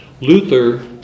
Luther